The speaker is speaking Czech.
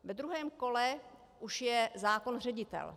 Ve druhém kole už je zákon ředitel.